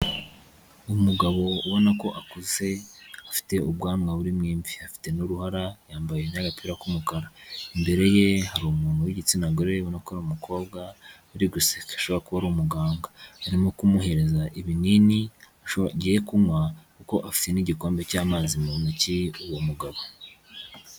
Umugabo ubona ko akuze afite ubwanwa burimo imvi. Afite n'uruhara yambaye n'agapira k'umukara, imbere ye hari umuntu w'igitsina gore ubona ko ari umukobwa uri guseka ashobore kuba ari umuganga, arimo kumuhereza ibinini agiye kunywa kuko afite n'igikombe cy'amazi mu ntoki uwo mugabo.